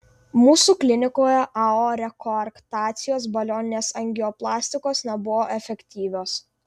mūsų klinikoje ao rekoarktacijos balioninės angioplastikos nebuvo efektyvios